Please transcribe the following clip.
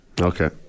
Okay